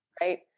right